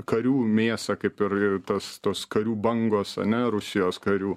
karių mėsą kaip ir ir tas tos karių bangos ane rusijos karių